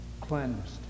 cleansed